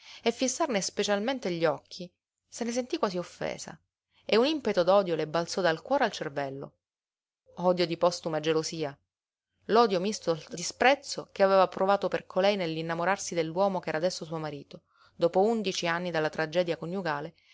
e fissarne specialmente gli occhi se ne sentí quasi offesa e un impeto d'odio le balzò dal cuore al cervello odio di postuma gelosia l'odio misto di sprezzo che aveva provato per colei nell'innamorarsi dell'uomo ch'era adesso suo marito dopo undici anni dalla tragedia coniugale